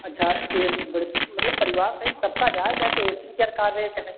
अच्छा इस बड मतलब परिवार सहित सबका जाने का है तो ए सी केर का रेट है